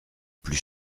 plus